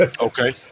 Okay